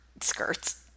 skirts